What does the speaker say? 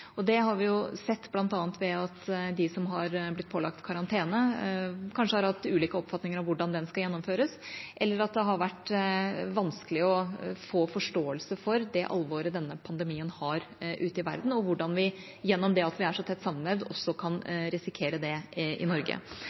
Det har vi sett bl.a. ved at de som har blitt pålagt karantene, kanskje har hatt ulik oppfatning av hvordan den skal gjennomføres, eller at det har vært vanskelig å få forståelse for det alvoret denne pandemien har ute i verden, og hvordan vi, gjennom det at vi er så tett sammenvevd, også kan risikere det i Norge.